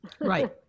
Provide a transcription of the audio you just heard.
right